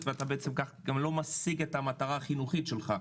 וככה אתה גם לא משיג את המטרה החינוכית שלך,